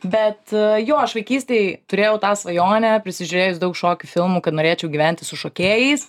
bet jo aš vaikystėj turėjau tą svajonę prisižiūrėjus daug šokių filmų kad norėčiau gyventi su šokėjais